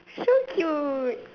so cute